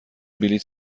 بلیط